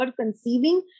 conceiving